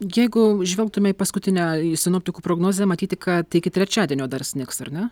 jeigu žvelgtume į paskutinę sinoptikų prognozę matyti kad iki trečiadienio dar snigs ar ne